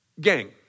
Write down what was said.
Gang